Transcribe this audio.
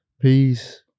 Peace